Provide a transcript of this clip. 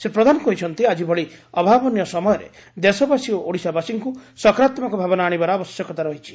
ଶ୍ରୀ ପ୍ରଧାନ କହିଛନ୍ତି ଆକି ଭଳି ଅଭାବନୀୟ ସମୟରେ ଦେଶବାସୀ ଓ ଓଡ଼ିଶାବାସୀଙ୍କୁ ସକାରାତ୍ମକ ଭାବନା ଆଶିବାର ଆବଶ୍ୟକତା ରହିଛି